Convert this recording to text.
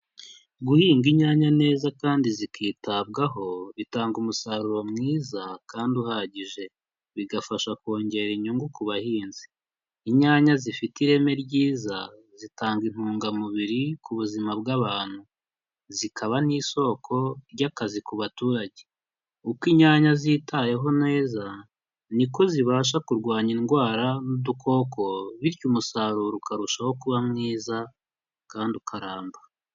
Guhinga inyanya neza kandi zikitabwaho bitanga umusaruro mwiza kandi uhagije, bigafasha kongera inyungu ku bahinzi, inyanya zifite ireme ryiza zitanga intungamubiri ku buzima bw'abantu, zikaba n'isoko ry'akazi ku baturage, uko inyanya zitayeho neza ni ko zibasha kurwanya indwara n'udukoko, bityo umusaruro ukarushaho kuba mwiza kandi ukaramba.